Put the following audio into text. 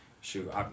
Shoot